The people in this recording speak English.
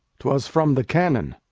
twas from the canon.